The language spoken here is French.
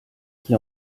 qui